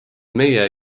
meie